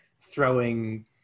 throwing